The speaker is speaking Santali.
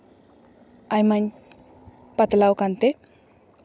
ᱟᱭᱢᱟᱧ ᱯᱟᱛᱞᱟᱣ ᱠᱟᱱᱛᱮ